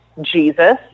Jesus